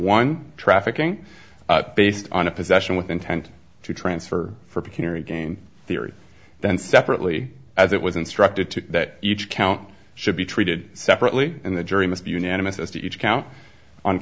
one trafficking based on a possession with intent to transfer for carry gain theory then separately as it was instructed to that each count should be treated separately and the jury must be unanimous as to each count on